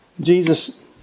Jesus